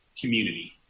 community